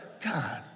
God